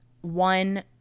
one